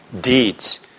deeds